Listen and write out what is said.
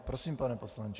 Prosím, pane poslanče.